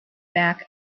back